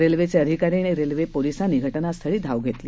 रेल्वेचे अधिकारी आणि रेल्वे पोलिसांनी घटनास्थळी धाव घेतली